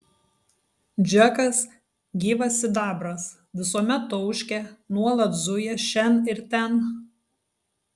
džekas gyvas sidabras visuomet tauškia nuolat zuja šen ir ten